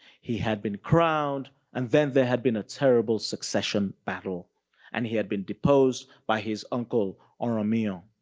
he had been crowned and then there had been a terrible succession battle and he had been deposed by his uncle oranmiyan.